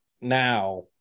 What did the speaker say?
now